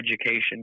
education